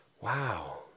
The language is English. Wow